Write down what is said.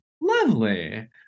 Lovely